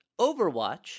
Overwatch